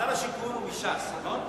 שר השיכון הוא מש"ס, נכון?